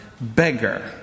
beggar